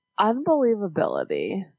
Unbelievability